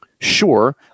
Sure